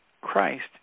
Christ